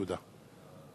תודה.